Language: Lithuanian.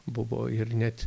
buvo ir net